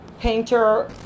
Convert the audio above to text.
painter